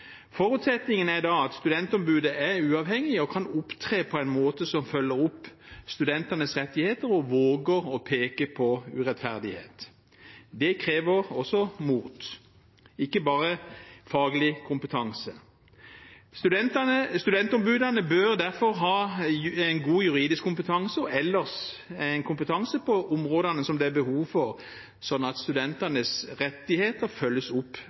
Forutsetningen er da at studentombudet er uavhengig og kan opptre på en måte som følger opp studentenes rettigheter og våger å peke på urettferdighet. Det krever også mot, ikke bare faglig kompetanse. Studentombudene bør derfor ha en god juridisk kompetanse og ellers en kompetanse på de områdene som det er behov for, sånn at studentenes rettigheter følges opp